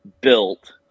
built